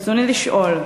ברצוני לשאול: